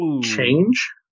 change